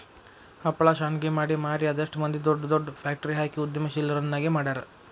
ಹಪ್ಳಾ ಶಾಂಡ್ಗಿ ಮಾಡಿ ಮಾರಿ ಅದೆಷ್ಟ್ ಮಂದಿ ದೊಡ್ ದೊಡ್ ಫ್ಯಾಕ್ಟ್ರಿ ಹಾಕಿ ಉದ್ಯಮಶೇಲರನ್ನಾಗಿ ಮಾಡ್ಯಾರ